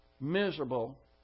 miserable